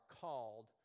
called